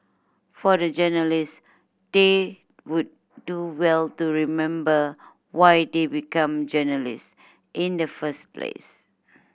for the journalist they would do well to remember why they become journalist in the first place